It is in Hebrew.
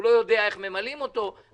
הוא לא יודע איך ממלאים אותו.